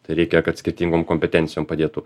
reikia kad skirtingom kompetencijom padėtų